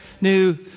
new